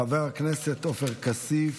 חבר הכנסת עופר כסיף,